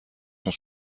sont